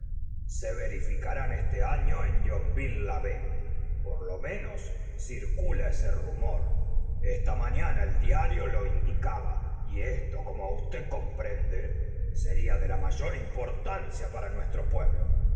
se verificaran este año en yorwille l'abbaye por lo menos circula ese rumor esta mañana el diario lo indicaba y esto como usted comprende sería de la mayor importancia para nuestro pueblo